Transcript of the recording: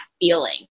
feeling